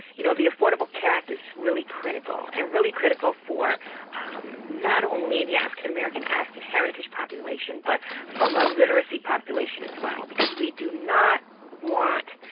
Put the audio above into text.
you know, the affordable care act is really critical, and really critical for not only the african american african heritage population, but from a literacy population as well, because we do not want